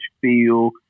feel